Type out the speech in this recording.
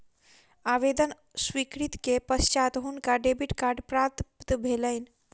आवेदन स्वीकृति के पश्चात हुनका डेबिट कार्ड प्राप्त भेलैन